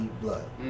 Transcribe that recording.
blood